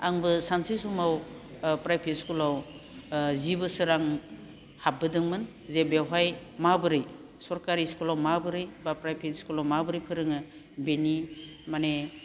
आंबो सानसे समाव प्राइभेट स्कुलाव जि बोसोर आं हाबबोदोंमोन जे बेवहाय माबोरै सरखारि स्कुलाव माबोरै बा प्राइभेट स्कुलाव माबोरै फोरोङो बेनि माने